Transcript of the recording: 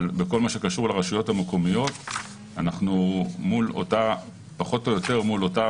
בכל מה שקשור לרשויות המקומיות אנחנו פחות או יותר מול אותה